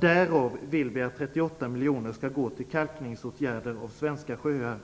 Därav vill vi att 38 miljoner skall gå till kalkningsåtgärder för svenska sjöar.